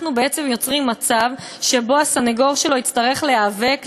אנחנו בעצם יוצרים מצב שהסנגור שלו יצטרך להיאבק,